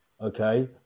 Okay